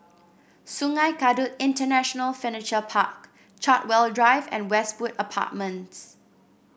Sungei Kadut International Furniture Park Chartwell Drive and Westwood Apartments